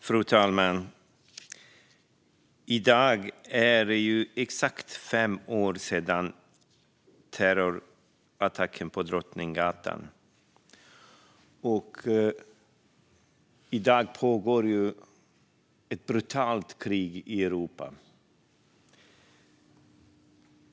Fru talman! I dag är det exakt fem år sedan terrorattacken på Drottninggatan. Och i dag pågår ett brutalt krig i Europa.